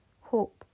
hope